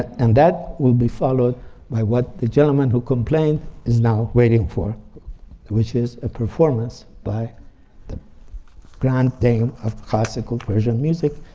and that will be followed by what the gentleman who complained is now waiting for which is a performance by the grand dame of classical persian music